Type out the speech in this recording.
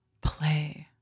Play